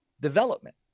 development